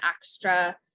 extra